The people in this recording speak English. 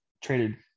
traded